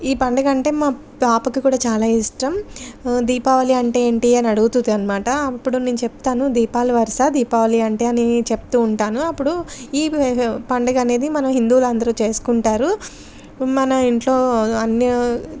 ఈ పండుగ అంటే మా పాపకి కూడా చాలా ఇష్టం దీపావళి అంటే ఏంటి అని అడుగుతుంది అన్నమాట అప్పుడు నేను చెప్తాను దీపాలు వరుస దీపావళి అంటే అని చెప్తు ఉంటాను అప్పుడు ఈ పండుగ అనేది మనం హిందువులు అందరు చేసుకుంటారు మన ఇంట్లో అన్ని